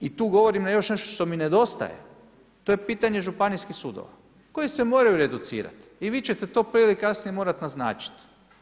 I tu govorim još nešto što mi nedostaje, to je pitanje županijskih sudova koji se moraju reducirati i vi ćete to prije ili kasnije morati naznačiti.